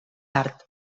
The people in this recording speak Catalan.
tard